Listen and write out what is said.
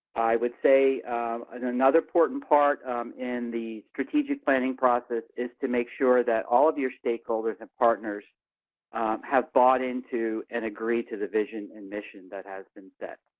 i would say another important part in the strategic planning process is to make sure that all of your stakeholders and partners have bought into and agree to the vision and mission that has been set.